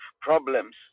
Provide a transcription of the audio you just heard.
problems